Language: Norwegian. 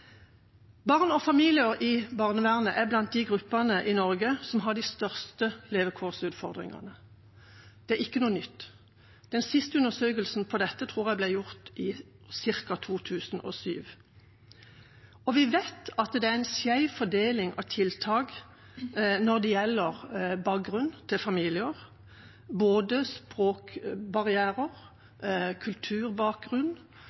Barn og familier i barnevernet er blant de gruppene i Norge som har de største levekårsutfordringene. Det er ikke noe nytt. Den siste undersøkelsen av dette tror jeg ble gjort ca. i 2007. Og vi vet at det er en skjev fordeling av tiltak når det gjelder bakgrunnen til familier – både